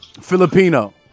Filipino